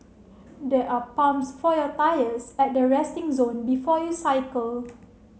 there are pumps for your tyres at the resting zone before you cycle